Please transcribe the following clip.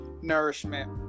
nourishment